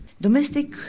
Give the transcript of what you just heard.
domestic